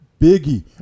Biggie